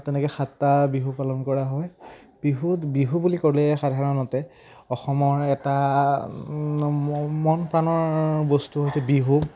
বা তেনেকৈ সাতটা বিহু পালন কৰা হয় বিহুত বিহু বুলি ক'লে সাধাৰণতে অসমৰ এটা মন প্ৰাণৰ বস্তু হৈছে বিহু